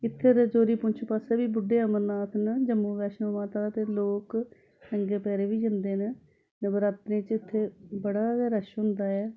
इत्थै रजौरी पुंछ पास्सै बी बुढ़े अमरनाथ न जम्मू बैश्णो माता ते लोक नंगे पैरें बी जंदे न नवरातरें च इत्थै बड़ा गै रश होंदा ऐ